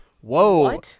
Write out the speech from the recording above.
Whoa